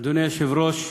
אדוני היושב-ראש,